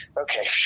Okay